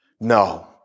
no